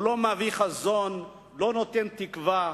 הוא לא מביא חזון, לא נותן תקווה.